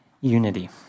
unity